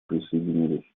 присоединились